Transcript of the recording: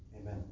amen